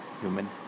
human